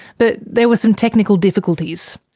but there were some technical difficulties.